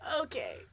Okay